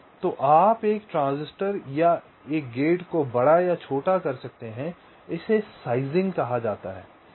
तो आप एक ट्रांजिस्टर या एक गेट को बड़ा या छोटा कर सकते हैं इसे साइजिंग कहा जाता है